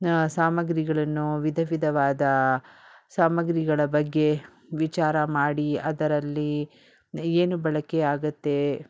ಸಾಮಗ್ರಿಗಳನ್ನು ವಿಧ ವಿಧವಾದ ಸಾಮಾಗ್ರಿಗಳ ಬಗ್ಗೆ ವಿಚಾರ ಮಾಡಿ ಅದರಲ್ಲಿ ಏನು ಬಳಕೆ ಆಗುತ್ತೆ